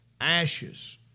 ashes